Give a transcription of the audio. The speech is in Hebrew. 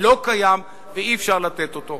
לא קיים ואי-אפשר לתת אותו.